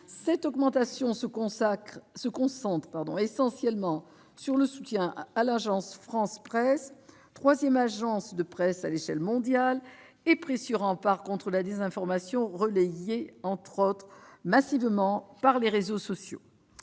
Cette augmentation se concentre sur le soutien à l'Agence France Presse, troisième agence de presse à l'échelle mondiale et précieux rempart contre la désinformation relayée, entre autres, et massivement, par les réseaux sociaux.